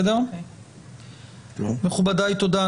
מכובדי, תודה.